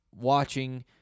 watching